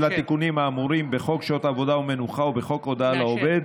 התיקונים האמורים בחוק שעות עבודה ומנוחה ובחוק הודעה לעובד,